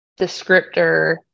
descriptor